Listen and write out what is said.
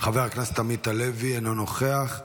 חבר הכנסת עמית הלוי, אינו נוכח.